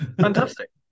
Fantastic